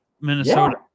Minnesota